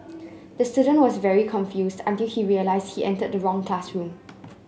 the student was very confused until he realised he entered the wrong classroom